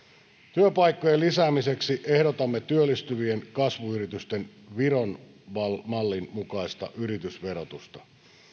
työpaikkojen lisäämiseksi ehdotamme työllistyvien kasvuyritysten viron mallin mukaista yritysverotusta